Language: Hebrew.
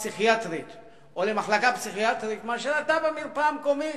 פסיכיאטרית או למחלקה פסיכיאטרית או שאתה במרפאה המקומית.